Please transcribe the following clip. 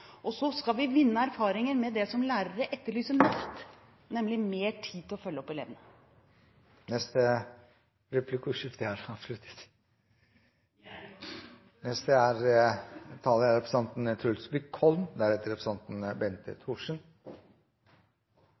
og så skal vi vinne erfaring med det som lærere etterlyser mest, nemlig mer tid til å følge opp elevene. Replikkordskiftet er